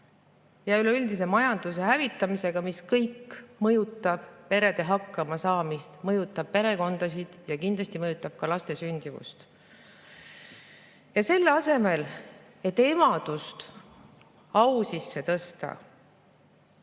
ja üleüldise majanduse hävitamisega, mis kõik mõjutab perede hakkamasaamist, mõjutab perekondasid ja kindlasti mõjutab ka laste sündimist. Selle asemel, et emadust au sisse tõsta,